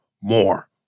more